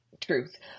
truth